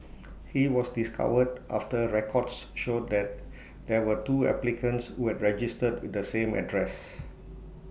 he was discovered after records showed that there were two applicants who had registered with the same address